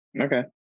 Okay